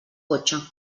cotxe